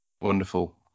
Wonderful